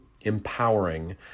empowering